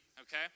okay